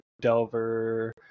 Delver